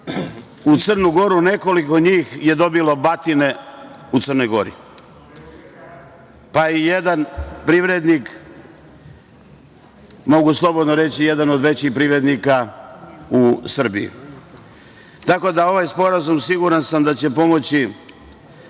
u Crnu Goru nekoliko njih je dobilo batine u Crnoj Gori, pa i jedan privrednik, mogu slobodno reći jedan od većih privrednika u Srbiji. Siguran sam da će ovaj